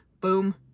boom